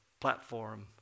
platform